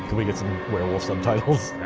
we get some werewolf subtitles?